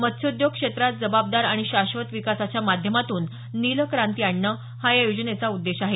मत्स्योद्योग क्षेत्रात जबाबदार आणि शाश्वत विकासाच्या माध्यमातून नील क्रांती आणणं हा या योजनेचा उद्देश आहे